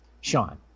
Sean